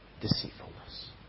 deceitfulness